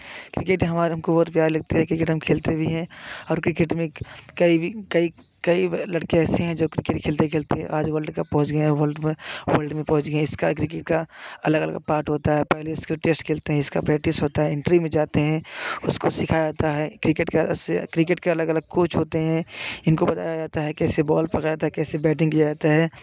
cricket हमारे हमको प्यारे लगते है क्रिकेट हम खेलते भी हैं और क्रिकेट में कई लड़के जो क्रिकेट खेलते खेलते हैं आज वर्ल्ड कप पहुँच गया है वर्ल्ड में वर्ल्ड में पहुँच गए इसका क्रिकेट का अलग अलग पार्ट होता है पहले इसका टेस्ट खेलते हैं इसका प्रेक्टिस होता है एंट्री में जाते हैं उसको सिखाया जाता है क्रिकेट कैसे क्रिकेट के अलग अलग कोच होते हैं इनको बताया जाता है कैसे बॉल पकड़ा था कैसे बैटिंग किया जाता है